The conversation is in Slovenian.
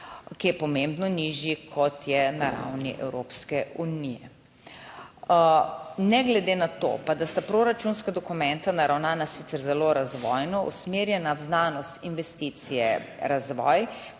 ki je pomembno nižji kot je na ravni Evropske unije. Ne glede na to, da sta proračunska dokumenta naravnana sicer zelo razvojno, usmerjena v znanost, investicije, razvoj,